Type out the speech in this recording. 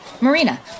Marina